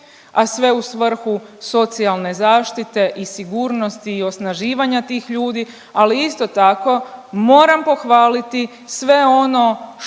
a sve u svrhu socijalne zaštite i sigurnosti i osnaživanja tih ljudi, ali isto tako moram pohvaliti sve ono što